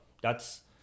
That's-